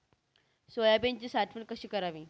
सोयाबीनची साठवण कशी करावी?